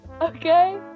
okay